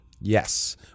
Yes